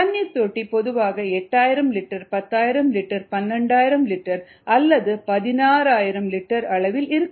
தண்ணீர் தொட்டி பொதுவாக 8000 லிட்டர் 10000 லிட்டர் 12000 லிட்டர் அல்லது 16000 லிட்டர் அளவில் இருக்கும்